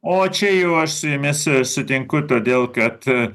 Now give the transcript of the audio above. o čia jau aš su jumis sutinku todėl kad